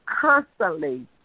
constantly